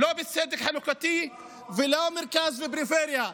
לא בצדק חברתי ולא במרכז ופריפריה.